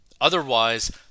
Otherwise